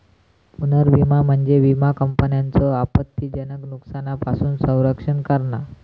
पुनर्विमा म्हणजे विमा कंपन्यांचो आपत्तीजनक नुकसानापासून संरक्षण करणा